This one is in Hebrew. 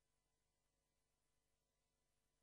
לביטחון שלה, לדמוקרטיה שלה.